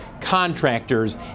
contractors